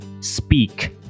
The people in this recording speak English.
speak